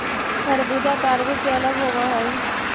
खरबूजा तारबुज से अलग होवअ हई